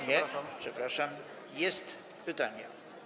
Nie, przepraszam, jest pytanie.